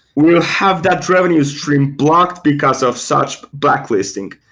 will have that revenue stream blocked because of such blacklisting.